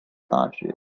大学